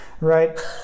Right